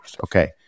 okay